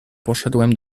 poszedłem